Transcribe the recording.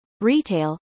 retail